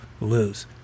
lose